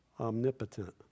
omnipotent